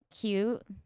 cute